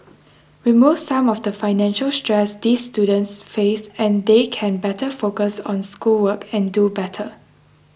remove some of the financial stress these students face and they can better focus on schoolwork and do better